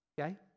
Okay